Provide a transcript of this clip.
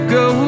go